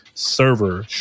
Server